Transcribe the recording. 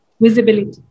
visibility